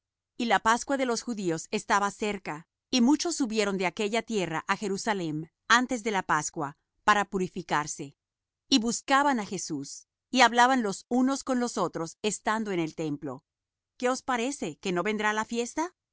y la pascua de los judíos estaba cerca y muchos subieron de aquella tierra á jerusalem antes de la pascua para purificarse y buscaban á jesús y hablaban los unos con los otros estando en el templo qué os parece que no vendrá á la fiesta